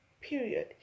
Period